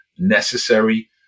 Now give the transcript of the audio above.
necessary